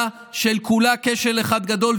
זו ממשלה שכולה כשל אחד גדול,